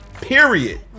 period